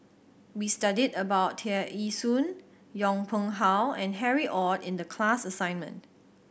we studied about Tear Ee Soon Yong Pung How and Harry Ord in the class assignment